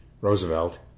Roosevelt